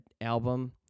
album